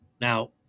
Now